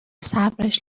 صبرش